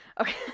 okay